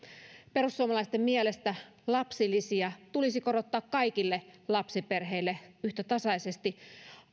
perussuomalaisten mielestä lapsilisiä tulisi korottaa kaikille lapsiperheille yhtä tasaisesti